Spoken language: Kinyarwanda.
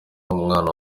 umwana